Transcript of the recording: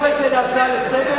אם תהפוך את זה להצעה לסדר-היום,